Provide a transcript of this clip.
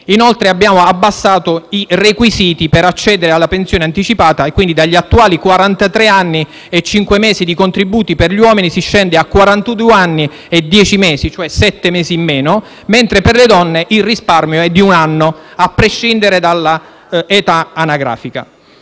inoltre abbassato i requisiti per accedere alla pensione anticipata e quindi, dagli attuali quarantatre anni e cinque mesi di contributi per gli uomini, si scende a quarantadue anni e dieci mesi, cioè sette mesi in meno, mentre per le donne il risparmio è di un anno, a prescindere dall'età anagrafica.